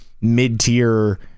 mid-tier